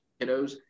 kiddos